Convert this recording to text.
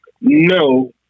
No